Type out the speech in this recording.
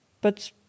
But